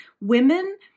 women